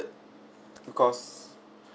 cause